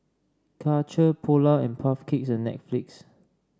Karcher Polar and Puff Cakes and Netflix